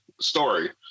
story